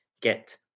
get